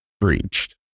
breached